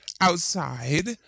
outside